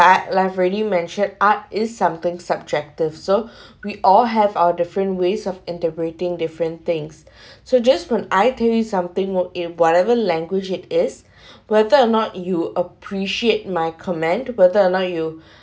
art like I've already mentioned art is something subjective so we all have our different ways of interpreting different things so just from I tell you something work in whatever language it is whether or not you appreciate my comment whether or not you